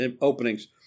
openings